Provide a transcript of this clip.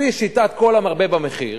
לפי שיטת כל המרבה במחיר,